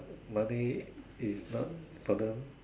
money is not burden